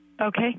Okay